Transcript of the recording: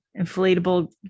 inflatable